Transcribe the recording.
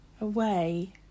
away